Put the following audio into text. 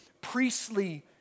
priestly